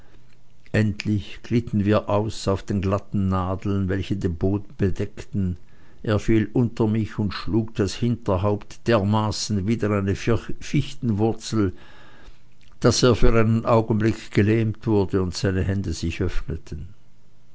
endlich glitten wir aus auf den glatten nadeln welche den boden bedeckten er fiel unter mich und schlug das hinterhaupt dermaßen wider eine fichtenwurzel daß er für einen augenblick gelähmt wurde und seine hände sich